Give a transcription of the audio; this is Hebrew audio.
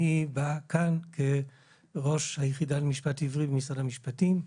אני בא לכאן כראש היחידה למשפט עברי במשרד המשפטים.